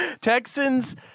Texans